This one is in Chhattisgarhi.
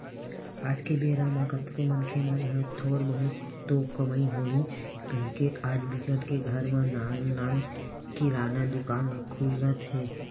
आज के बेरा म कतको मनखे मन ह थोर बहुत तो कमई होही कहिके आज बिकट के घर म नान नान किराना दुकान खुलत हे